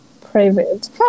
private